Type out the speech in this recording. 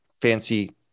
fancy